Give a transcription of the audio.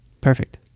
Perfect